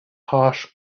harsh